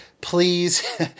please